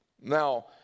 Now